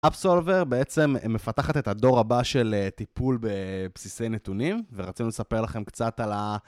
Upsolver בעצם מפתחת את הדור הבא של טיפול בבסיסי נתונים ורצינו לספר לכם קצת על ה...